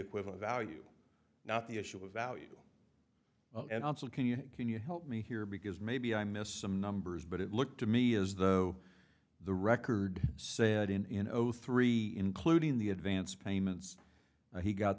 equivalent value not the issue of value and also can you can you help me here because maybe i missed some numbers but it looked to me as though the record set in zero three including the advance payments he got